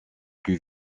plus